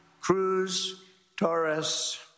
Cruz-Torres